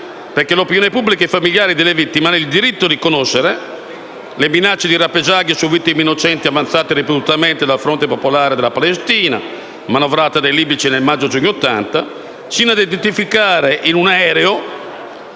perché l'opinione pubblica e i familiari delle vittime hanno il diritto di conoscere le minacce di rappresaglia su vittime innocenti avanzate ripetutamente dal fronte popolare per la liberazione della Palestina manovrato dai libici nel maggio-giugno 1980, sino ad identificare un aereo